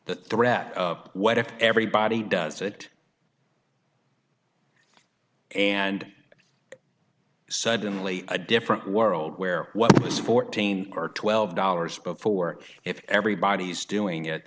the threat of what if everybody does it and suddenly a different world where what was fourteen or twelve dollars before if everybody's doing it